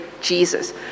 Jesus